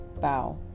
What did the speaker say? bow